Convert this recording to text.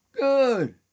Good